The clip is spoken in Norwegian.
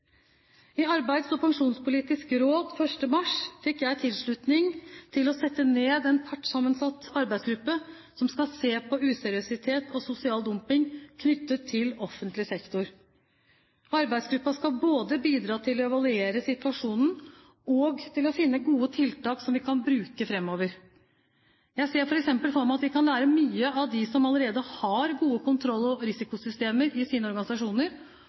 I Arbeids- og pensjonspolitisk råd den 1. mars fikk jeg tilslutning til å sette ned en partssammensatt arbeidsgruppe som skal se på useriøsitet og sosial dumping knyttet til offentlig sektor. Arbeidsgruppen skal både bidra til å evaluere situasjonen og til å finne gode tiltak som vi kan bruke fremover. Jeg ser f.eks. for meg at vi kan lære mye av dem som allerede har gode kontroll- og risikosystemer i sine organisasjoner,